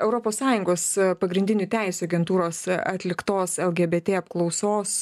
europos sąjungos pagrindinių teisių agentūros atliktos lgbt apklausos